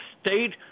State